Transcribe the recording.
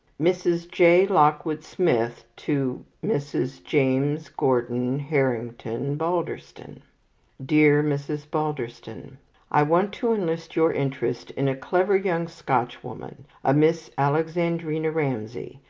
mrs. j. lockwood smith to mrs. james gordon harrington balderston dear mrs. balderston i want to enlist your interest in a clever young scotchwoman, a miss alexandrina ramsay,